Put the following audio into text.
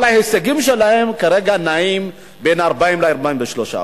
אבל ההישגים שלהם כרגע נעים בין 40% ל-43%.